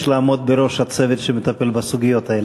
לעמוד בראש הצוות שמטפל בסוגיות האלה.